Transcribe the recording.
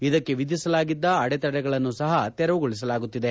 ಇದಕ್ಕೆ ವಿಧಿಸಲಾಗಿದ್ದ ಅಡೆತಡೆಗಳನ್ನು ಸಹ ತೆರವುಗೊಳಿಸಲಾಗುತ್ತಿದೆ